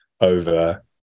over